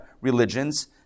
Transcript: religions